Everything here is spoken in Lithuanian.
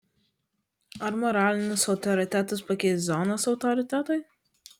ar moralinius autoritetus pakeis zonos autoritetai